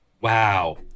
Wow